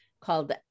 called